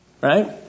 Right